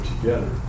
together